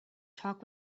talk